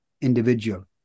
individual